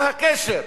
מה הקשר?